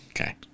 Okay